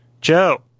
Joe